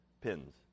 Pins